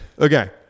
Okay